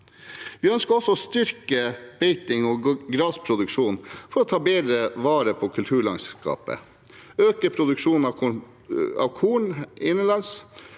Vi ønsker også å styrke beiting og grasproduksjon for å ta bedre vare på kulturlandskapet, øke produksjonen av korn innenlands,